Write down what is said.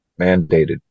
mandated